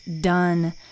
done